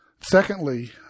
Secondly